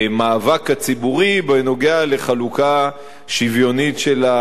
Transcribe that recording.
הציבורי על חלוקה שוויונית של הנטל.